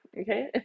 okay